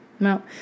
No